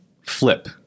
flip